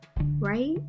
right